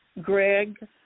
Greg